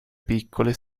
piccole